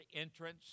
entrance